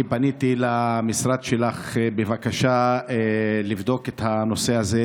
אני פניתי למשרד שלך בבקשה לבדוק את הנושא הזה